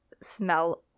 smell